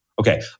Okay